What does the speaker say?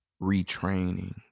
retraining